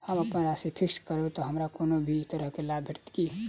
हम अप्पन राशि फिक्स्ड करब तऽ हमरा कोनो भी तरहक लाभ भेटत की?